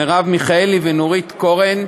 מרב מיכאלי ונורית קורן,